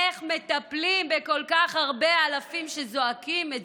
איך מטפלים בכל כך הרבה אלפים שזועקים את